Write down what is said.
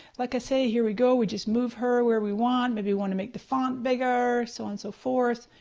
like i say, here we go. we just move her where we want, maybe want to make the font bigger, so on so forth,